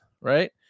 right